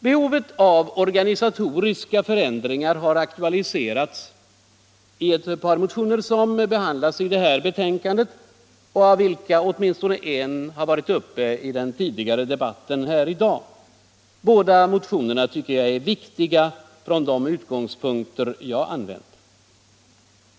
Behovet av organisatoriska förändringar har aktualiserats i ett par motioner som behandlats i det här betänkandet och av vilka åtminstone en har berörts tidigare i dag. Jag tycker att båda motionerna är viktiga från mina utgångspunkter sett.